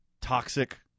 toxic